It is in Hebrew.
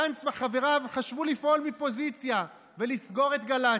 גנץ וחבריו חשבו לפעול מפוזיציה ולסגור את גל"צ,